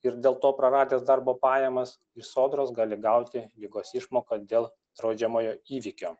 ir dėl to praradęs darbo pajamas iš sodros gali gauti ligos išmoką dėl draudžiamojo įvykio